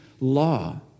law